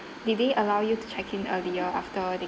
did they allow you to check in earlier after they